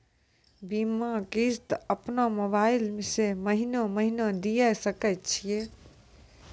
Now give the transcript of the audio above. बीमा किस्त अपनो मोबाइल से महीने महीने दिए सकय छियै?